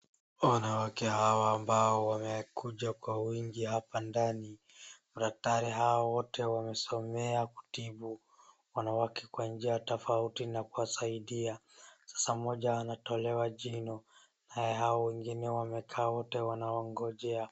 Wanawake hawa ambao wamekuja kwa wingi hapa ndani. Daktari hawa wote wamesomea kutibu wanawake kwa njia tofauti na kuwasaidia. Sasa mmoja anatolewa jino, na hao wengine wamekaa wote wanaongojea.